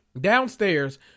Downstairs